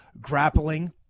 grappling